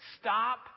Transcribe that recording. Stop